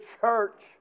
church